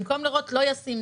במקום לראות לא ישים,